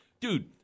Dude